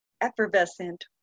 effervescent